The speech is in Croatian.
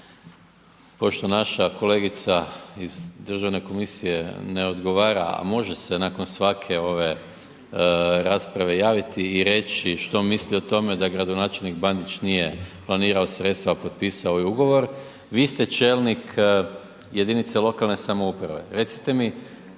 pošto naša kolegica iz Državne komisije ne odgovara a može se nakon svake ove rasprave javiti i reći što misli o tome da gradonačelnik Bandić nije planirao sredstva a potpisao je ugovor vi ste čelnik jedinice lokalne samouprave. Recite mi